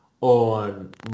on